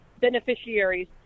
beneficiaries